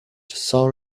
saw